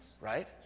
Right